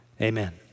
Amen